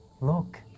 look